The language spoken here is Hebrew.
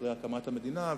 אחרי הקמת הממשלה.